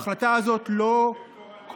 ההחלטה הזאת לא קורית,